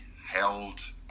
held